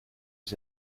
les